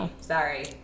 Sorry